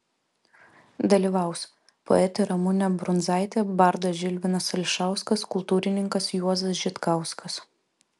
dalyvaus poetė ramunė brundzaitė bardas žilvinas ališauskas kultūrininkas juozas žitkauskas